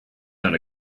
not